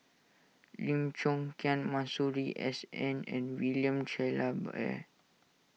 Lim Chong Masuri S N and William